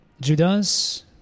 Judas